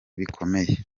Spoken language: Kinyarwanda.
bikomeye